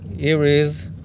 here is,